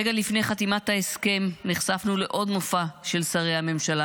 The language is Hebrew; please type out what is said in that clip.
רגע לפני חתימת ההסכם נחשפנו לעוד מופע של שרי הממשלה.